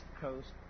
coast